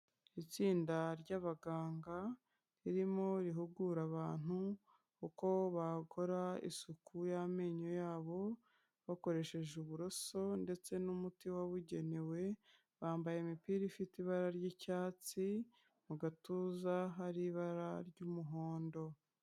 Itsinda ry'abaganga ririmo rihugura abantu uko bakora isuku y'amenyo yabo bakoresheje uburoso ndetse n'umuti wabugenewe, bambaye imipira ifite ibara ry'icyatsi mu gatuza hari ibara ry'umuhondo.